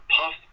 Puff